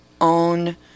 own